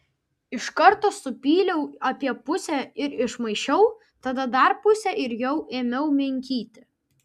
iš karto supyliau apie pusę ir išmaišiau tada dar pusę ir jau ėmiau minkyti